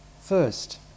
First